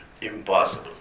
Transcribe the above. impossible